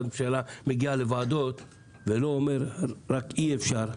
ממשלה מגיע לוועדות ולא אומר רק "אי אפשר",